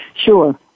Sure